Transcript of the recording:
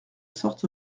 sorte